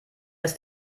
ist